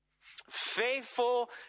faithful